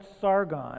Sargon